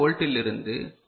2 வோல்ட்டிலிருந்து மைனஸ் 1